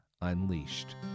Unleashed